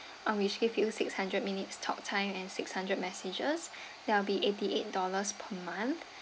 um which give you six hundred minutes talk time and six hundred messages that will be eighty eight dollars per month